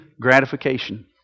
gratification